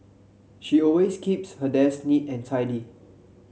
she always keeps her desk neat and tidy